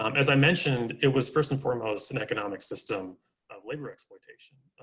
um as i mentioned, it was first and foremost an economic system of labor exploitation.